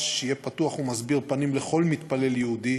שיהיה פתוח ומסביר פנים לכל מתפלל יהודי,